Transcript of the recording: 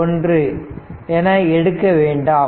ஒன்று என எடுக்க வேண்டாம்